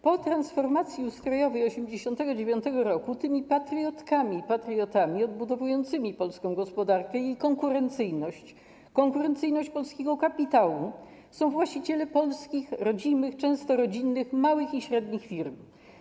Po transformacji ustrojowej w 1989 r. tymi patriotkami i patriotami odbudowującymi polską gospodarkę, jej konkurencyjność i konkurencyjność polskiego kapitału są właściciele polskich, rodzimych, często rodzinnych małych i średnich firm.